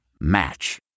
Match